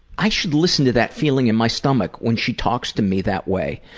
i should listen to that feeling in my stomach when she talks to me that way.